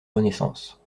renaissance